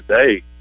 today